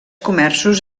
comerços